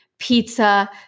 pizza